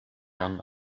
young